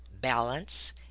balance